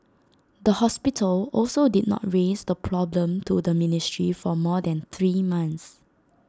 the hospital also did not raise the problem to the ministry for more than three months